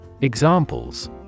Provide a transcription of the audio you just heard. Examples